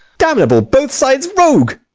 damnable both-sides rogue!